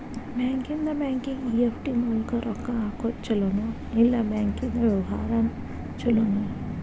ಬ್ಯಾಂಕಿಂದಾ ಬ್ಯಾಂಕಿಗೆ ಇ.ಎಫ್.ಟಿ ಮೂಲ್ಕ್ ರೊಕ್ಕಾ ಹಾಕೊದ್ ಛಲೊನೊ, ಇಲ್ಲಾ ಬ್ಯಾಂಕಿಂದಾ ವ್ಯವಹಾರಾ ಛೊಲೊನೊ?